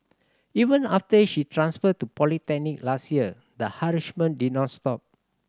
even after she transferred to polytechnic last year the harassment did not stop